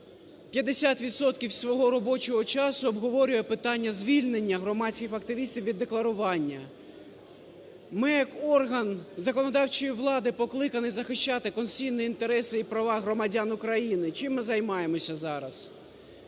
свого робочого часу обговорює питання звільнення громадських активістів від декларування. Ми як орган законодавчої влади покликані захищати конституційні інтереси і права громадян України. Чи ми займаємося зараз?